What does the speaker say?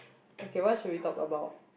okay what should we talk about